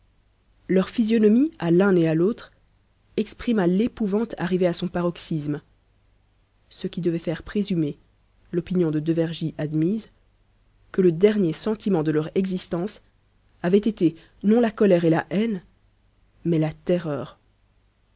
leur physionomie à l'un et à l'autre exprima l'épouvante arrivée à son paroxysme ce qui devait faire présumer l'opinion de devergie admise que le dernier sentiment de leur existence avait été non la colère et la haine mais la terreur